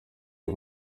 uyu